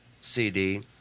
CD